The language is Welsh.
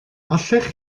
allech